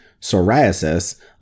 psoriasis